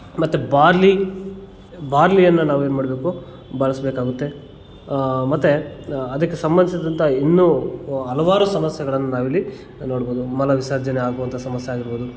ಮತ್ತು ಬಾರ್ಲಿ ಬಾರ್ಲಿಯನ್ನು ನಾವು ಏನು ಮಾಡಬೇಕು ಬಳಸಬೇಕಾಗುತ್ತೆ ಮತ್ತು ಅದಕ್ಕೆ ಸಂಬಧಿಸಿದಂಥ ಇನ್ನೂ ಹಲವಾರು ಸಮಸ್ಯೆಗಳನ್ನ ನಾವಿಲ್ಲಿ ನೋಡಬಹುದು ಮಲವಿಸರ್ಜನೆ ಆಗುವಂಥ ಸಮಸ್ಯೆ ಆಗಿರ್ಬೋದು